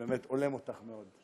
באמת, הולם אותך מאוד.